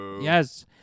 Yes